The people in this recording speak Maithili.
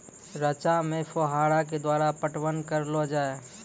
रचा मे फोहारा के द्वारा पटवन करऽ लो जाय?